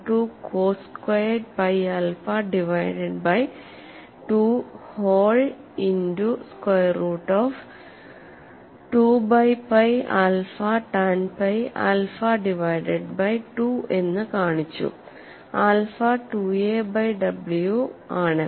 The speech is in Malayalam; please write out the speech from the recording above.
122 cos squared pi alpha divided by 2 whole into square root of 2 by pi alpha tan pi alpha divided by 2 എന്ന് കാണിച്ചു ആൽഫ 2a ബൈ w ആണ്